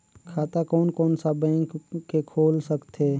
खाता कोन कोन सा बैंक के खुल सकथे?